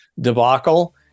debacle